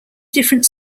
different